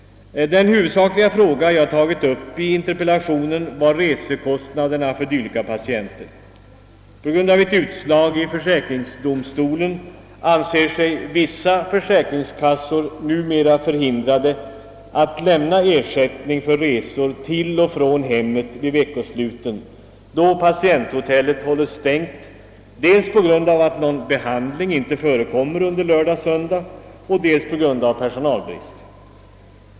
Den huvudsakliga frågan i min interpellation gäller resekostnaderna för dylika patienter. På grund av ett utslag i försäkringsdomstolen anser sig vissa försäkringskassor numera för bindrade att lämna ersättning för resor till och från hemmen vid veckosluten då patienthotellen hålls stängda dels på grund av att någon behandling inte förekommer lördagar och söndagar och dels på grund av personalbrist.